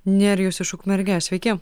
nerijus iš ukmergės sveiki